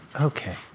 Okay